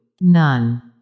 None